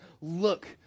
Look